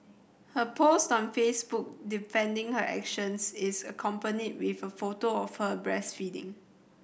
her post on Facebook defending her actions is accompanied with a photo of her breastfeeding